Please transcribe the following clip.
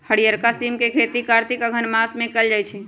हरियरका सिम के खेती कार्तिक अगहन मास में कएल जाइ छइ